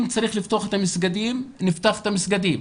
אם צריך לפתוח את המסגדים, נפתח את המסגדים.